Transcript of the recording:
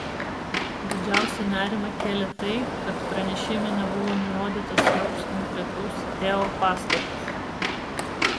didžiausią nerimą kėlė tai kad pranešime nebuvo nurodytas joks konkretus teo pastatas